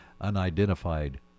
unidentified